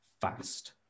fast